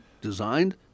designed